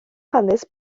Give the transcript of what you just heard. hanes